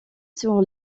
sur